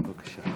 בבקשה.